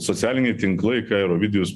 socialiniai tinklai ką ir ovidijus